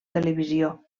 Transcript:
televisió